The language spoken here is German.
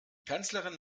kanzlerin